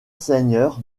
seigneur